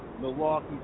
Milwaukee